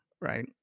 right